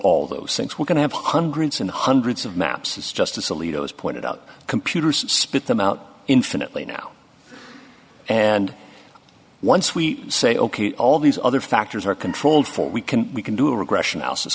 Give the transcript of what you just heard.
all those things we're going to have hundreds and hundreds of maps it's justice alito has pointed out computers spit them out infinitely now and once we say ok all these other factors are controlled for we can we can do a regression